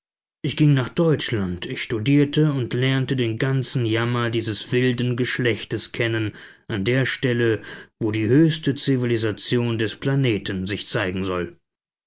ich ging nach deutschland ich studierte und lernte den ganzen jammer dieses wilden geschlechtes kennen an der stelle wo die höchste zivilisation des planeten sich zeigen soll